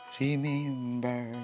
Remember